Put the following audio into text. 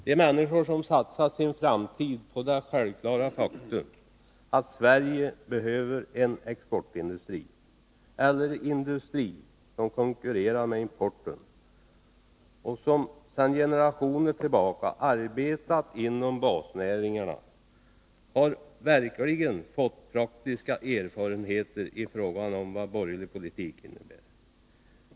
De människor som satsat sin framtid på det självklara faktum att Sverige behöver en exportindustri eller industri som konkurrerar med importen och som sedan generationer tillbaka arbetat inom basnäringarna har verkligen fått praktiska erfarenheter i fråga om vad borgerlig politik innebär.